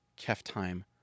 Keftime